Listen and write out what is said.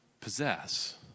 possess